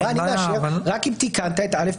שהיא מאשרת רק אם תיקנתם את א',